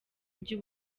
byo